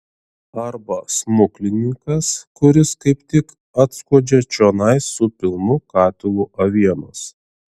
arba smuklininkas kuris kaip tik atskuodžia čionai su pilnu katilu avienos